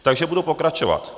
Takže budu pokračovat.